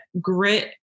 grit